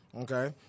okay